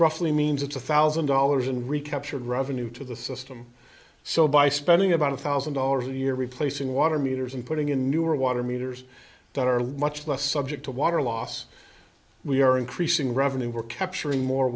roughly means it's a thousand dollars in recaptured revenue to the system so by spending about a thousand dollars a year replacing water meters and putting in newer water meters that are much less subject to water loss we are increasing revenue we're capturing more